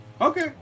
okay